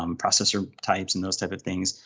um processor types and those type of things,